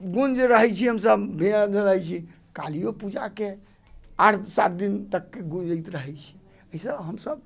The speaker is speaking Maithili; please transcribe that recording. गूँज रहै छी हम सभ मेला करै छी कालियो पूजाके आठ सात दिन तक गूँजैत रहै छी इसभ हम सभ